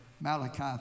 Malachi